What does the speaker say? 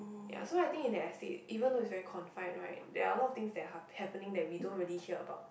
ya so I think in the estate even though it's very confined right there are a lot of things that are hap~ happening that we don't really hear about